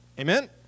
Amen